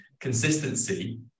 consistency